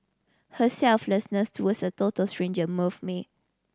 her selflessness towards a total stranger moved me